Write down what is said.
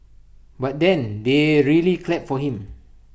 but then they really clapped for him